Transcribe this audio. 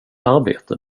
arbete